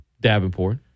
Davenport